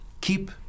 keep